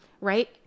Right